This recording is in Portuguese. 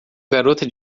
garota